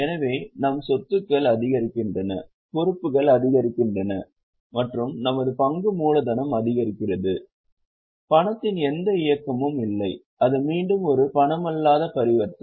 எனவே நம் சொத்துக்கள் அதிகரிக்கின்றன பொறுப்புகள் அதிகரிக்கின்றன மற்றும் நமது பங்கு மூலதனம் அதிகரிக்கிறது பணத்தின் எந்த இயக்கமும் இல்லை அது மீண்டும் ஒரு பணமல்லாத பரிவர்த்தனை